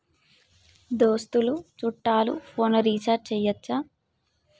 దోస్తులు చుట్టాలు ఫోన్లలో రీఛార్జి చేయచ్చా?